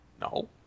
No